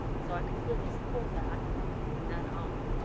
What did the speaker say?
so i completely support that and um